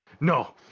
no